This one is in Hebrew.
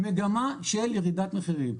מגמה של ירידת מחירים.